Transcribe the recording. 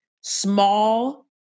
small